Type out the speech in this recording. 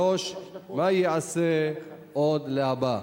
3. מה ייעשה עוד להבא?